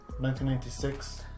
1996